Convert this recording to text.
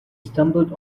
stumbled